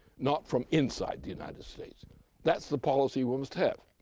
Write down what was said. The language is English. not from inside the united states that's the policy we must have.